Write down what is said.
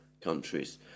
countries